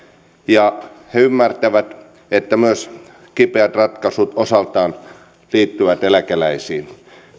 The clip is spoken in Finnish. ja he ymmärtävät että myös kipeät ratkaisut osaltaan liittyvät eläkeläisiin